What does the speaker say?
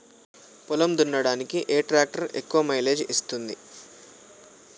పొలం దున్నడానికి ఏ ట్రాక్టర్ ఎక్కువ మైలేజ్ ఇస్తుంది?